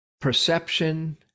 perception